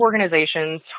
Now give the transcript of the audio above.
organizations